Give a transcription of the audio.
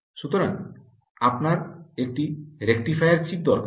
সুতরাং আপনার একটি রেকটিফায়ার চিপ দরকার